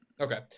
Okay